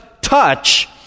touch